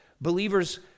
believers